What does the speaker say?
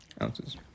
Ounces